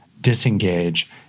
disengage